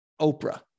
Oprah